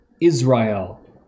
Israel